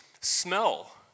Smell